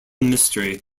mystery